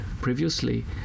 previously